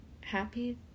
happy